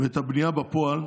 את הבנייה בפועל,